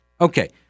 Okay